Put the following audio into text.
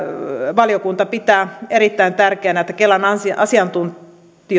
valiokunta pitää erittäin tärkeänä että kelan asiantuntijoiden